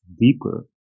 deeper